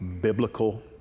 biblical